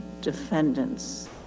defendants